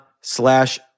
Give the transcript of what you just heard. slash